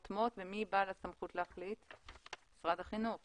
המחוז דן בערעור תוך שבעה ימים בהתייעצות עם רשות חינוך מקומית.